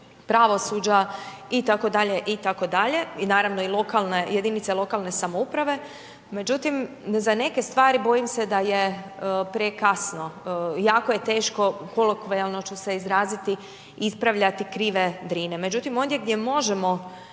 pravosuđa itd., itd. i naravno i lokalne, jedinice lokalne samouprave. Međutim, za neke stvari bojim se da je prekasno. Jako je teško, kolokvijalno ću se izraziti, ispravljati krive Drine. Međutim ondje gdje možemo